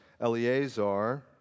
Eleazar